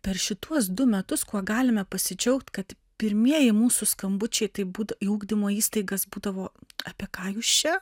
per šituos du metus kuo galime pasidžiaugti kad pirmieji mūsų skambučiai taip būt į ugdymo įstaigas būdavo apie ką jūs čia